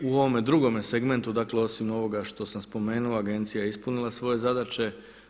U ovome drugome segmentu, dakle osim ovoga što sam spomenuo Agencija je ispunila svoje zadaće.